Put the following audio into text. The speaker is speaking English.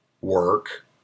Work